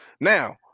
Now